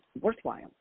worthwhile